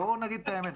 בואו ונגיד את האמת.